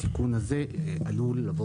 התיקון הזה עלול לבוא